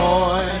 Boy